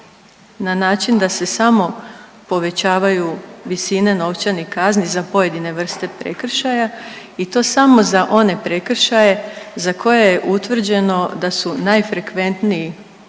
na način da se samo povećavaju visine novčanih kazni za pojedine vrste prekršaja i to samo za one prekršaje za koje je utvrđeno da su najfrekventniji